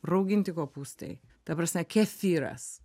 rauginti kopūstai ta prasme kefyras